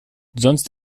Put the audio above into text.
sonst